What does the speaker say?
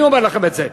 אני אומר לכם את זה.